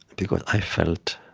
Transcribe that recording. because i felt